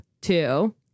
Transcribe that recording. Two